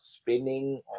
spinning